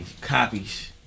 copies